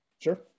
sure